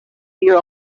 hear